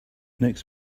next